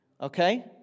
Okay